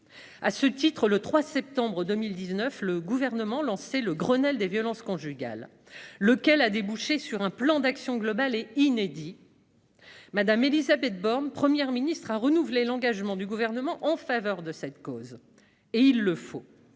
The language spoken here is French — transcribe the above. À ce titre, le 3 septembre 2019, le Gouvernement lançait le Grenelle des violences conjugales, qui déboucha sur un plan d'action global et inédit. Mme Élisabeth Borne, Première ministre, a renouvelé l'engagement du Gouvernement en faveur de cette cause. Il le faut,